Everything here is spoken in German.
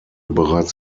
bereits